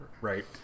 Right